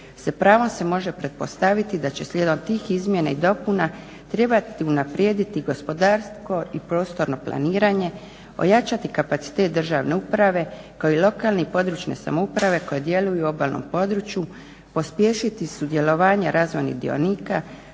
Sa pravom se može pretpostaviti da će slijedom tih izmjena i dopuna trebati unaprijediti gospodarsko i prostorno planiranje, ojačati kapacitet državne uprave kao i lokalne područne samouprave koje djeluju u obalnom području, pospješiti sudjelovanje razvojnih dionika,